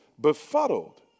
befuddled